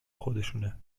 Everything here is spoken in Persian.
خودشونه